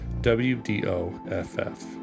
WDOFF